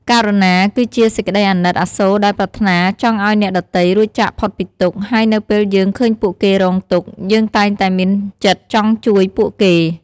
ករុណាគឺជាសេចក្តីអាណិតអាសូរដែលប្រាថ្នាចង់ឲ្យអ្នកដទៃរួចចាកផុតពីទុក្ខ ហើយនៅពេលយើងឃើញពួកគេរងទុក្ខ យើងតែងតែមានចិត្តចង់ជួយពួកគេ។